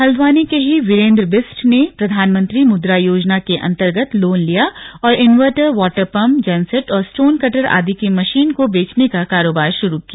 हल्द्वानी के ही वीरेंद्र बिष्ट ने प्रधानमंत्री मुद्रा योजना के अंतर्गत लोन लिया और इन्वर्टर वॉटर पम्प जेनसेट और पत्थर कटर आदि की मशीन को बेचने का कारोबार शुरू किया